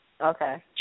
Okay